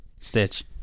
stitch